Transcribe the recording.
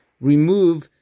remove